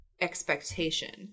expectation